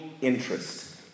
interest